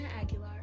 Aguilar